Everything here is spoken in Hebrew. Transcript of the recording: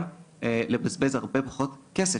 וגם לרכבים וכוח אדם,